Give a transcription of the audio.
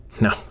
No